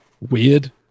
weird